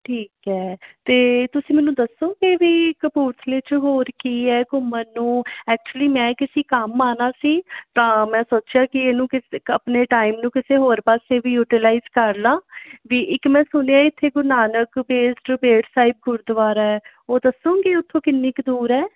ਠੀਕ ਹੈ ਤਾਂ ਤੁਸੀਂ ਮੈਨੂੰ ਦੱਸੋਗੇ ਵੀ ਕਪੂਰਥਲੇ 'ਚ ਹੋਰ ਕੀ ਹੈ ਘੁੰਮਣ ਨੂੰ ਐਕਚੁਲੀ ਮੈਂ ਕਿਸੇ ਕੰਮ ਆਉਣਾ ਸੀ ਤਾਂ ਮੈਂ ਸੋਚਿਆ ਕਿ ਇਹਨੂੰ ਕਿਸੇ ਆਪਣੇ ਟਾਈਮ ਨੂੰ ਕਿਸੇ ਹੋਰ ਪਾਸੇ ਵੀ ਯੂਟੀਲਾਈਜ ਕਰ ਲਵਾਂ ਵੀ ਇੱਕ ਮੈਂ ਸੁਣਿਆ ਇੱਥੇ ਗੁਰੂ ਨਾਨਕ ਬੈਰ ਟੂ ਬੇਰ ਸਾਹਿਬ ਗੁਰਦੁਆਰਾ ਉਹ ਦੱਸੋਗੇ ਉੱਥੋਂ ਕਿੰਨੀ ਕੁ ਦੂਰ ਹੈ